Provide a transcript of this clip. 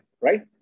right